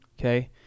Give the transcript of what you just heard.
Okay